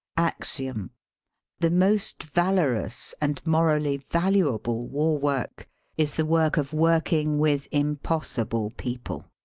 axiom the most valorous and morally valu able war-work is the work of working with im possible people.